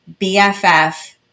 BFF